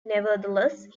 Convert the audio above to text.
nevertheless